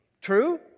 true